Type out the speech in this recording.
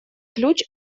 ключ